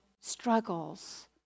struggles